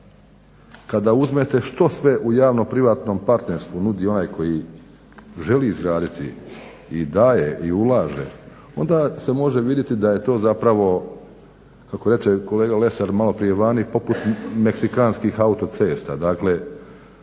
Kada uzmete što sve u javno-privatnom partnerstvu nudi onaj koji želi izgraditi i daje i ulaže onda se može vidjeti da je to zapravo kako reče kolega Lesar maloprije vani poput meksikanskih autocesta.